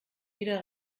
wieder